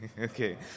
Okay